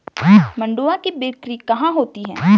मंडुआ की बिक्री कहाँ होती है?